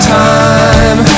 time